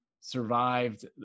survived